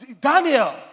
Daniel